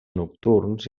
nocturns